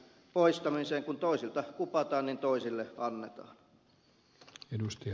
kun toisilta kupataan niin toisille annetaan